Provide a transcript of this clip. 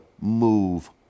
move